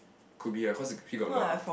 could be ah cause here got lot ah